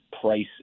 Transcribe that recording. Price